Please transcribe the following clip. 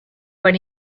when